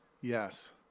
yes